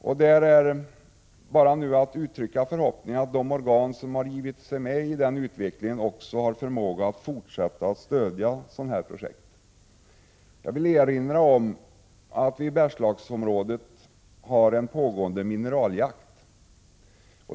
Nu kan vi bara uttrycka förhoppningen att de organ som har givit sig in i den utvecklingen också har förmågan att fortsätta att stödja sådana här projekt. Jag vill erinra om att vi i Bergslagsområdet har en pågående mineraljakt.